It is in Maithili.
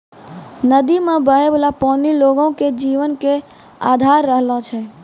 नदी मे बहै बाला पानी लोगो के जीवनो के अधार रहलो छै